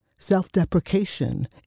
Self-deprecation